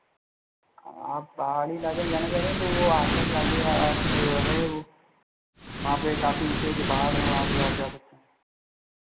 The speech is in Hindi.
आप पहाड़ी इलाके में जाना चाहते हैं तो वो आगरा के आगे आप हैं वो वहाँ पे काफी ऊंचे ऊंचे पहाड़ हैं वहाँ पे आप जा सकते हैं